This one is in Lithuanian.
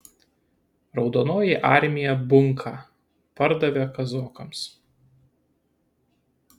raudonoji armija bunką pardavė kazokams